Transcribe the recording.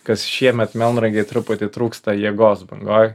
kas šiemet melnragėj truputį trūksta jėgos bangoj